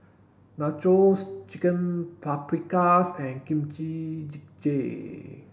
Nachos Chicken Paprikas and Kimchi Jjigae